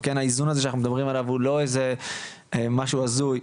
וכן האיזון שאנחנו מדברים עליו זה לא משהו הזוי,